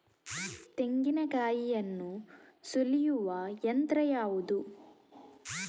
ತೆಂಗಿನಕಾಯಿಯನ್ನು ಸುಲಿಯುವ ಯಂತ್ರ ಯಾವುದು?